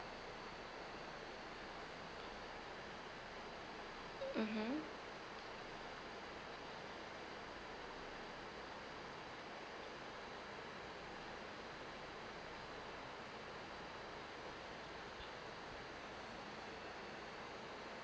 mmhmm